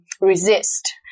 resist